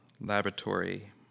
Laboratory